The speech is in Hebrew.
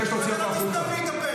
אתה תאפשר לי להשלים את המשפט.